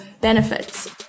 benefits